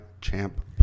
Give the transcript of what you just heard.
Champ